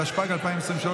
התשפ"ג 2023,